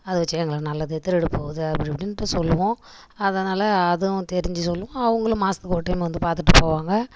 அது வச்சுக்கங்களேன் நல்லது திருடு போகுது அப்படி இப்படின்ட்டு சொல்வோம் அதனால் அதுவும் தெரிஞ்சு சொல்வோம் அவங்களும் மாசத்து ஒரு டைம் வந்து பார்த்துட்டு போவாங்க